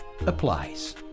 applies